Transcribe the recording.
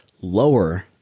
lower